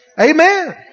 Amen